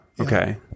Okay